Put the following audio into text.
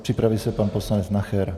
Připraví se pan poslanec Nacher.